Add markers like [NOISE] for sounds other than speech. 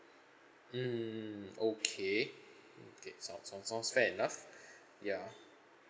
[BREATH] mm okay mm K sounds sounds sounds fair enough [BREATH] ya